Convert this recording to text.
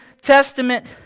Testament